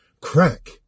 Crack